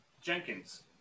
Jenkins